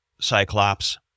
Cyclops